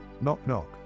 Knock-knock